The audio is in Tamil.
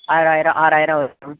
ஆறாயிரம் ஆறாயிரம் வரும் மேம்